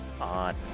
on